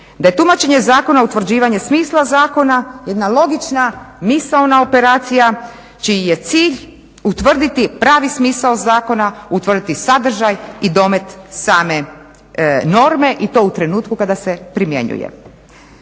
da je tumačenje zakona utvrđivanje smisla zakona jedna logična misaona operacija čiji je cilj utvrditi pravi smisao zakona, utvrditi sadržaj i domet same norme i to u trenutku kada se primjenjuje.